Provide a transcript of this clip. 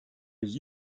les